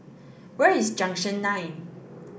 where is Junction nine